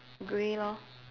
grey lah